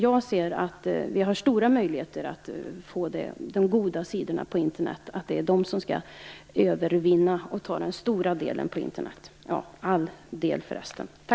Jag tror att det finns stora möjligheter att de goda sidorna av Internet vinner och kommer att ta upp den stora delen av Internet, ja, hela